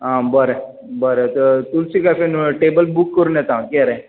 आ बरें बरें तर तुलसी कॅफेन टेबल बूक करून येतां हांव कितें रे